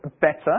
better